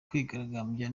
kwigaragambya